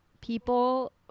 people